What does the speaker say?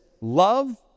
Love